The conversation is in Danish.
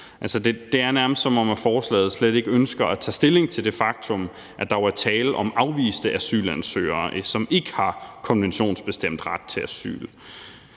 Det er nærmest, som om man med forslaget slet ikke ønsker at tage stilling til det faktum, at der jo er tale om afviste asylansøgere, som ikke har konventionsbestemt ret til asyl.